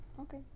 Okay